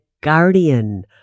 guardian